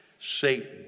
Satan